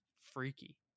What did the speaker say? freaky